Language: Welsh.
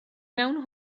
mewn